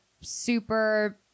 super